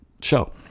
show